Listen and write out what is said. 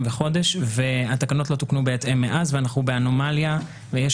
וחודש והתקנות לא תוקנו בהתאם מאז ואנחנו באנומליה ויש